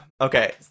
Okay